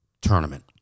tournament